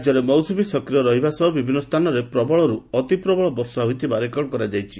ରାଜ୍ୟରେ ମୌସ୍ବମୀ ସକ୍ରିୟ ରହିବା ସହ ବିଭିନ୍ନ ସ୍ସାନରେ ପ୍ରବଳରୁ ଅତି ପ୍ରବଳ ବର୍ଷା ହୋଇଥିବାର ରେକର୍ଡ କରାଯାଇଛି